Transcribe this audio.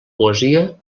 poesia